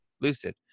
lucid